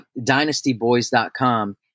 dynastyboys.com